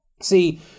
See